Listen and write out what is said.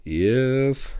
yes